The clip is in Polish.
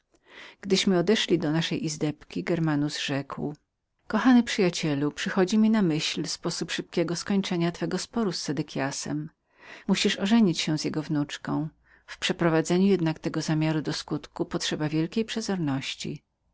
kochał gdyśmy odeszli do naszej izdebki germanus rzekł kochany przyjacielu przychodzi mi myśl skończenia od razu sporu twego z sedekiasem musisz ożenić się z jego wnuczką w przyprowadzeniu jednak tego zamiaru do skutku potrzeba wielkiej przezorności ta